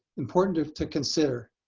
important to to consider.